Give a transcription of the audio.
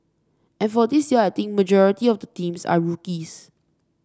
and for this year I think majority of the teams are rookies